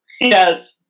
Yes